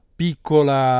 piccola